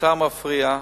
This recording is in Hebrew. האוצר מפריע.